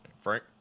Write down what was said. Frank